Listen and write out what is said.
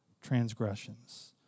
transgressions